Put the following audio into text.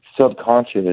subconscious